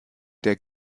der